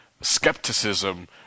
skepticism